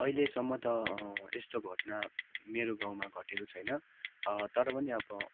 अहिलेसम्म त यस्तो घटना मेरो गाउँमा घटेको छैन तर पनि अब